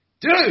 Dude